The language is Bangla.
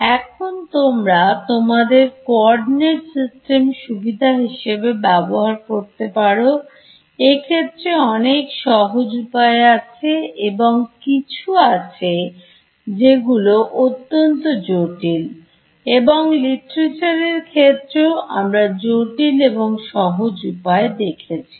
এখন তোমরা তোমাদের কোঅর্ডিনেট সিস্টেম সুবিধা হিসেবে ব্যবহার করতে পারো এক্ষেত্রে অনেক সহজ উপায় আছে এবং কিছু আছে যেগুলো অত্যন্ত জটিল এবং Literature এর ক্ষেত্রে ও আমরা জটিল এবং সহজ উপায় দেখেছি